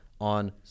on